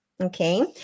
okay